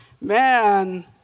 man